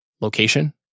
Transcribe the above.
location